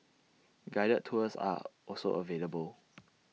guided tours are also available